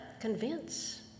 convince